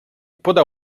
podał